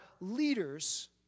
leaders